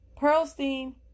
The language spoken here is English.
Pearlstein